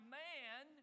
man